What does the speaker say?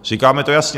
Říkáme to jasně.